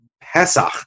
Pesach